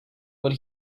what